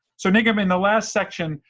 so nigam, in the last section,